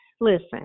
Listen